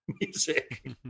music